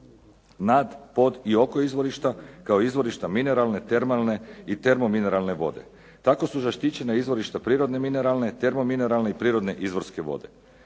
Nad pod i oko izvorišta kao izvorišta mineralne, termalne i termomineralne vode. Tako su zaštićena izvorišta prirodne mineralne, termomineralne i prirodne izvorske vode.